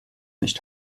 nicht